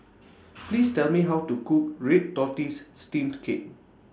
Please Tell Me How to Cook Red Tortoise Steamed Cake